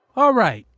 alright.